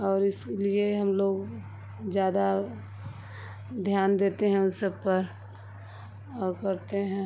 और इसीलिए हम लोग ज़्यादा ध्यान देते हैं उन सब पर और करते हैं